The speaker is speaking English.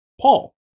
Paul